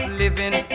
living